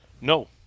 No